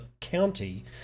County